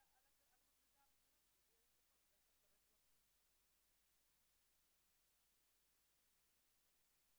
ראינו שהמשכורת הקובעת של נפגעי פעולות איבה של עובדי המדינה,